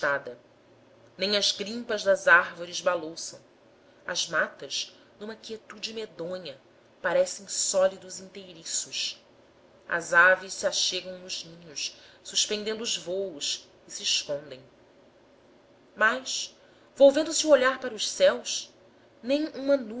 assustada nem as grimpas das árvores balouçam as matas numa quietude medonha parecem sólidos inteiriços as aves se achegam nos ninhos suspendendo os vôos e se escondem as volvendo se o olhar para os céus nem uma